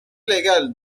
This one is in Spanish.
legal